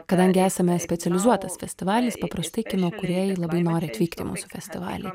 kadangi esame specializuotas festivalis paprastai kino kūrėjai labai nori atvykti į mūsų festivalį